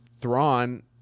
Thrawn